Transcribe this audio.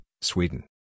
Sweden